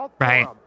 right